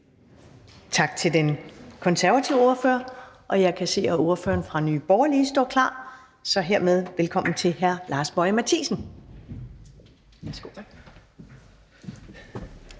Tak til den konservative ordfører, og jeg kan se, at ordføreren fra Nye Borgerlige står klar. Så hermed velkommen til hr. Lars Boje Mathiesen.